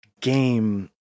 game